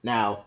Now